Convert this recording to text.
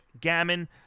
Gammon